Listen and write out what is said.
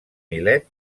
milet